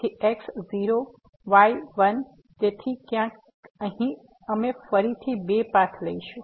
તેથી x 0 y 1 તેથી ક્યાંક અહીં અમે ફરીથી બે પાથ લઈશું